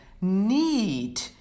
need